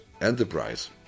enterprise